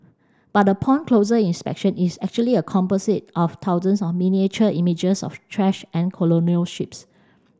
but upon closer inspection is actually a composite of thousands of miniature images of trash and colonial ships